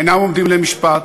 אינם עומדים למשפט,